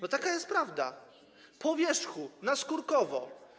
No taka jest prawda - po wierzchu, naskórkowo.